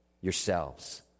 yourselves